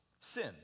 sin